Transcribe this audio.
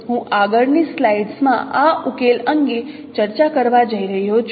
હું આગળની સ્લાઇડ્સમાં આ ઉકેલ અંગે ચર્ચા કરવા જઇ રહ્યો છું